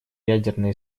ядерное